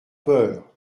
peur